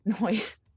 noise